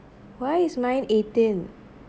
why is mine eighteen